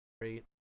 great